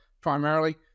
primarily